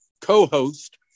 co-host